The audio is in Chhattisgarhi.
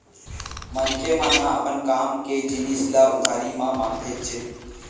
मनखे मन ह अपन काम के जिनिस ल उधारी म मांगथेच्चे